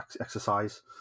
exercise